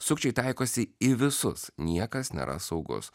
sukčiai taikosi į visus niekas nėra saugus